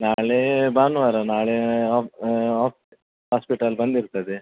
ನಾಳೆ ಭಾನುವಾರ ನಾಳೆ ಆಫ್ ಆಫ್ ಹಾಸ್ಪಿಟಲ್ ಬಂದ್ ಇರ್ತದೆ